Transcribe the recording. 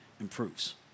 improves